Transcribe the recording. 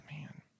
man